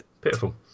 Pitiful